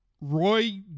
Roy